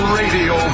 radio